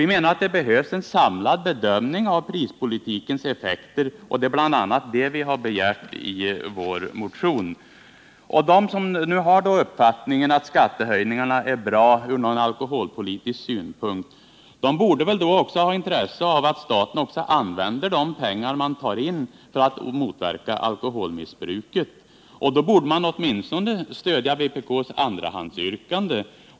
Vi menar att det behövs en samlad bedömning av prispolitikens effekter, och det är bl.a. det vi begär i vår motion. De som har uppfattningen att skattehöjningarna är bra från alkoholpolitisk synpunkt borde väl också ha intresse av att staten använder de pengar som man tar in på det sättet för att motverka alkoholmissbruk. Då borde man stödja åtminstone vpk:s andrahandsyrkande.